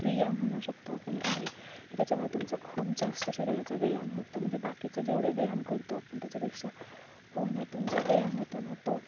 क्रियाम म्हनू शकतो आपण आहे की त्याच्यामुळे तुमचा खूप जास्त शरीराचा व्यायाम होतो म्हणजे बाकीचं जेवढे व्यायाम करतो पण त्याच्यापेक्षा पोहण्यातून जो व्यायाम होतो ना तो